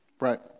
Right